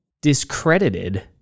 discredited